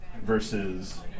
versus